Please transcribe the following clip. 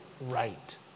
right